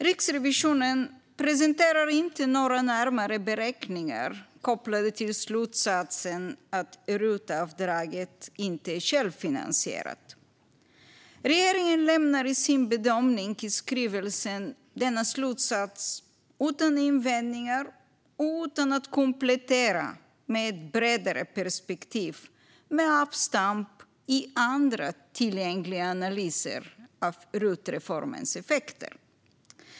Riksrevisionen presenterar inte några närmare beräkningar kopplat till slutsatsen att RUT-avdraget inte är självfinansierat. Regeringen lämnar i sin bedömning i skrivelsen denna slutsats utan invändningar och utan att komplettera med ett bredare perspektiv med avstamp i andra tillgängliga analyser av RUT-reformens effekter.